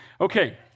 Okay